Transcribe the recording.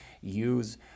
use